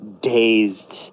dazed